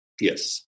Yes